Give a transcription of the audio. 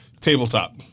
tabletop